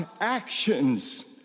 actions